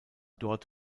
dort